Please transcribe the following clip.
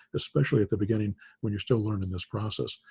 especially at the beginning when you're still learning this process.